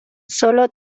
solo